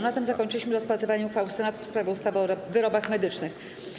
Na tym zakończyliśmy rozpatrywanie uchwały Senatu w sprawie ustawy o wyrobach medycznych.